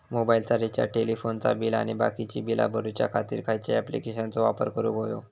मोबाईलाचा रिचार्ज टेलिफोनाचा बिल आणि बाकीची बिला भरूच्या खातीर खयच्या ॲप्लिकेशनाचो वापर करूक होयो?